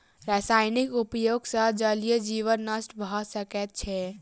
रासायनिक उपयोग सॅ जलीय जीवन नष्ट भ सकै छै